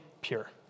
pure